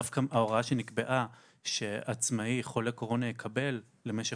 דווקא ההוראה שנקבעה שעצמאי חולה קורונה יקבל למשך